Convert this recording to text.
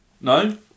No